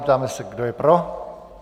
Ptám se, kdo je pro.